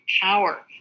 power